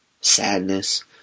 sadness